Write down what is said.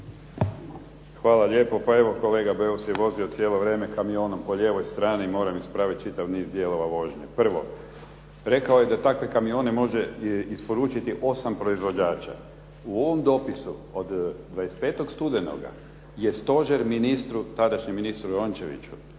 Hvala lijepo. Pa evo kolega Beus je vozio cijelo vrijeme kamionom po lijevoj strani i moram ispraviti čitav niz dijelova vožnje. Prvo. Rekao je da takve kamione može isporučiti 8 proizvođača. U ovom dopisu od 25. studenoga je stožer ministru tadašnjem ministru Rončeviću